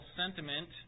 sentiment